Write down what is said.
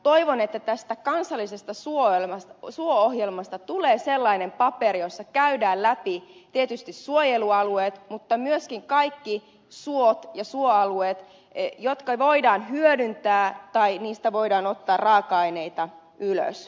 toivon että tästä kansallisesta suo ohjelmasta tulee sellainen paperi jossa käydään läpi tietysti suojelualueet mutta myöskin kaikki suot ja suoalueet jotka voidaan hyödyntää tai joista voidaan ottaa raaka aineita ylös